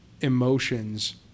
emotions